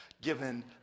given